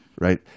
right